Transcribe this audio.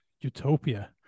utopia